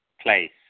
place